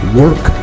work